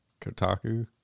Kotaku